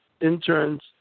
interns